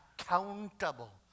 accountable